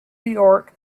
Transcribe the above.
york